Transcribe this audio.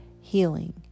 healing